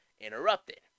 interrupted